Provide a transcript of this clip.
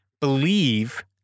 believe